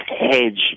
hedge